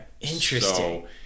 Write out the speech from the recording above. interesting